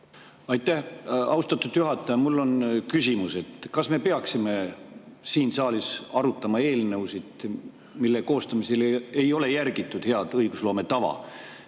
Aitäh, austatud juhataja! Mul on küsimus, kas me peaksime siin saalis arutama eelnõusid, mille koostamisel ei ole järgitud head õigusloome tava,